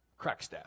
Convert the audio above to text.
Crackstaff